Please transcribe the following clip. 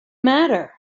matter